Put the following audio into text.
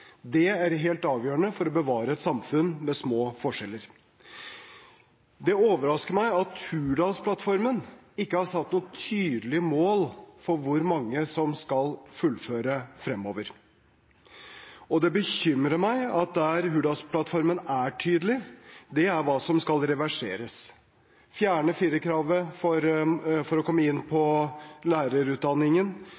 Det er helt avgjørende for å bevare et samfunn med små forskjeller. Det overrasker meg at Hurdalsplattformen ikke har satt noe tydelig mål for hvor mange som skal fullføre fremover. Det bekymrer meg at der Hurdalsplattformen er tydelig, er på hva som skal reverseres – fjerne firerkravet for å komme inn på